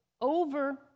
over